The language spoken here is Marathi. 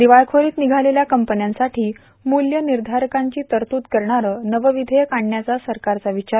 दिवाळखोरीत निघालेल्या कंपन्यांसाठी मूल्य निर्धारकांची तरतूद करणारं नवं विधेयक आणण्याचा सरकारचा विचार